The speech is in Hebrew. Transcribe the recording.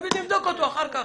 נבדוק אותו אחר כך.